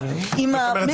האחרונה.